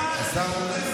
מים.